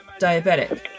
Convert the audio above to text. diabetic